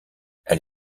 elle